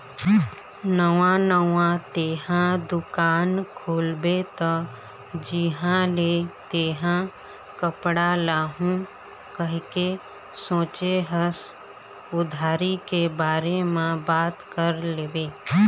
नवा नवा तेंहा दुकान खोलबे त जिहाँ ले तेंहा कपड़ा लाहू कहिके सोचें हस उधारी के बारे म बात कर लेबे